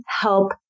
help